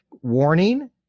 warning